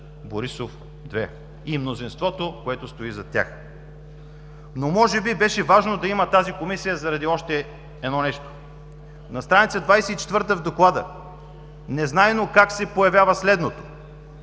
Борисов 2 и мнозинството, което стои зад тях. Може би беше важно да има тази Комисия заради още едно нещо. На страница 24 в Доклада, незнайно как, се появява следното: